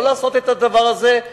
לא לעשות את הדבר הזה.